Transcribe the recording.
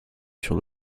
sur